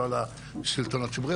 לא על השלטון הציבורי.